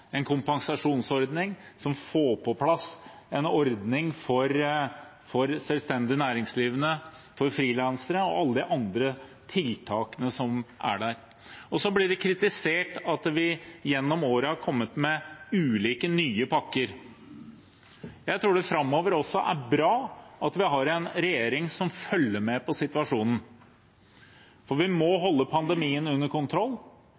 en kompensasjonsordning, en ordning for selvstendig næringsdrivende og frilansere og alle de andre tiltakene som er der. Det blir kritisert at vi gjennom året har kommet med ulike nye pakker. Jeg tror det framover også er bra at vi har en regjering som følger med på situasjonen, for vi må holde pandemien under kontroll,